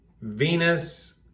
Venus